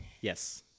Yes